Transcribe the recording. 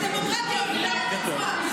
הדמוקרטיה איבדה את עצמה.